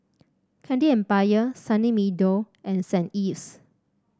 Candy Empire Sunny Meadow and St Ives